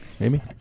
Amy